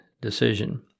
decision